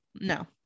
No